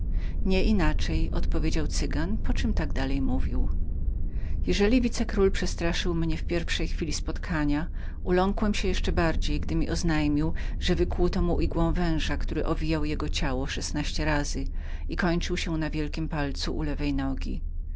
piastrów nieinaczej odpowiedział cygan po czem tak dalej mówił jeżeli wicekról przestraszył mnie w pierwszej chwili spotkania uląkłem się jeszcze bardziej gdy mi oznajmił że wykłuto mu igłą węża który owijał jego ciało szesnaście razy i kończył się na wielkim palcu u lewej nogi